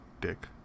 dick